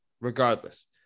regardless